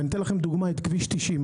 אני אתן לך לדוגמה את כביש 90,